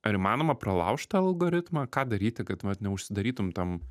ar įmanoma pralaužt tą algoritmą ką daryti kad vat neužsidarytum tam